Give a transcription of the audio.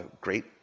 great